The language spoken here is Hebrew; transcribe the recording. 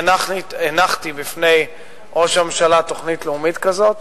הנחתי בפני ראש הממשלה תוכנית לאומית כזאת,